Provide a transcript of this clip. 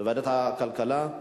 בוועדת הכלכלה?